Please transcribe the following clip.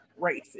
racist